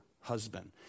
husband